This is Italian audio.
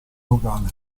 locale